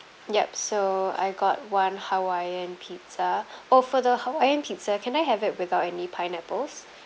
yup so I got one hawaiian pizza oh for the hawaiian pizza can I have it without any pineapples